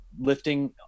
lifting